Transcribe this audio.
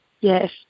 Yes